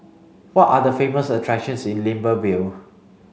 what are the famous attractions in Libreville